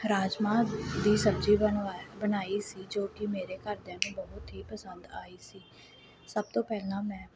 ਰਾਜਮਾਹ ਦੀ ਸਬਜ਼ੀ ਬਣਵਾ ਬਣਾਈ ਸੀ ਜੋ ਕਿ ਮੇਰੇ ਘਰਦਿਆਂ ਨੂੰ ਬਹੁਤ ਹੀ ਪਸੰਦ ਆਈ ਸੀ ਸਭ ਤੋਂ ਪਹਿਲਾਂ ਮੈਂ